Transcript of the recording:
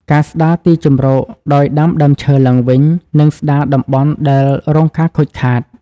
ការស្តារទីជម្រកដោយ ដាំដើមឈើឡើងវិញ និងស្តារតំបន់ដែលរងការខូចខាត។